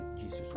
Jesus